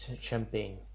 champagne